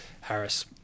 Harris